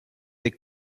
est